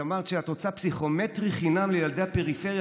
את אמרת שאת רוצה פסיכומטרי חינם לילדי הפריפריה.